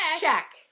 Check